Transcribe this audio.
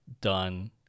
done